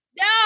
No